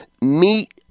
meet